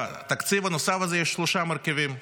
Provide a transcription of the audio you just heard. בתקציב הנוסף הזה יש שלושה מרכיבים: